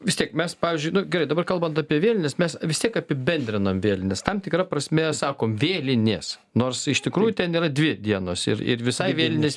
vis tiek mes pavyzdžiui nu gerai dabar kalbant apie vėlines mes vis tiek apibendrinam vėlines tam tikra prasme sakom vėlinės nors iš tikrųjų ten yra dvi dienos ir ir visai vėlinės